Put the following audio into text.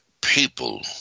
people